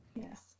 Yes